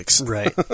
Right